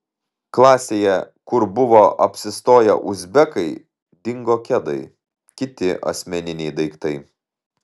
klasėje kur buvo apsistoję uzbekai dingo kedai kiti asmeniniai daiktai